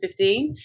2015